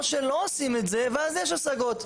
או שלא עושים את זה ואז יש השגות.